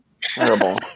Terrible